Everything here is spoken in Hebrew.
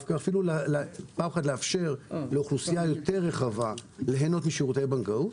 גם לאפשר לאוכלוסייה רחבה יותר ליהנות משירותי בנקאות,